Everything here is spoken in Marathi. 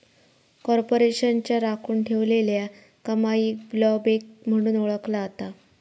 कॉर्पोरेशनच्या राखुन ठेवलेल्या कमाईक ब्लोबॅक म्हणून ओळखला जाता